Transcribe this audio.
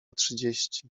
trzydzieści